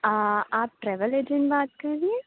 آ آپ travel agent بات کر رہی ہیں